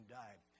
died